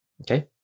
Okay